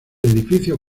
edificio